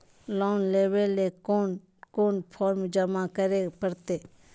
Loan लेवे ले कोन कोन फॉर्म जमा करे परते?